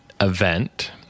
event